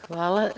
Hvala.